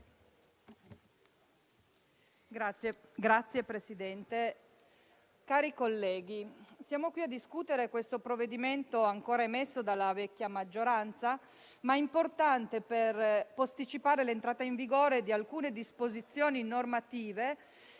Signor Presidente, cari colleghi, siamo qui a discutere un provvedimento emesso dalla vecchia maggioranza, ma importante per posticipare l'entrata in vigore di alcune disposizioni normative